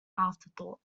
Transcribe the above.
afterthought